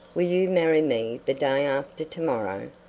will you marry me the day after to-morrow?